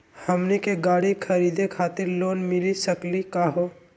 हमनी के गाड़ी खरीदै खातिर लोन मिली सकली का हो?